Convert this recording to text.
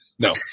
No